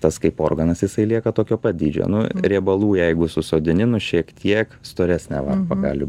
tas kaip organas jisai lieka tokio pat dydžio nu riebalų jeigu susodini nu šiek tiek storesnė varpa gali